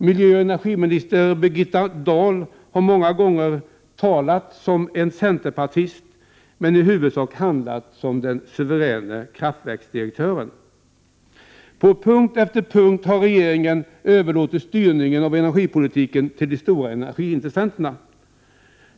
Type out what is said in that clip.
Miljöoch energiminister Birgitta Dahl har många gångar talat som en centerpartist men i huvudsak handlat som den suveräna kraftverksdirektören. På punkt efter punkt har regeringen överlåtit styrningen av energipolitiken till de stora energiintressenterna.